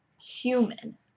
human